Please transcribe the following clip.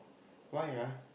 why ah